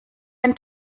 ein